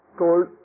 told